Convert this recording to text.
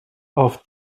auf